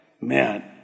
man